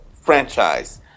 franchise